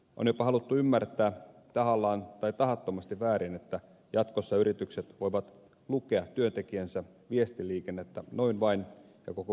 on jopa haluttu ymmärtää tahallaan tai tahattomasti väärin että jatkossa yritykset voivat lukea työntekijänsä viestiliikennettä noin vain ja koko viestin sisällön